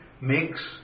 makes